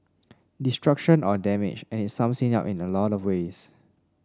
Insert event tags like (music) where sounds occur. destruction or damage and it sums (unintelligible) (unintelligible) in a lot of ways